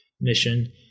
mission